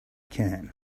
can